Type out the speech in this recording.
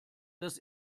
dass